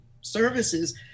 services